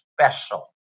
special